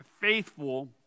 faithful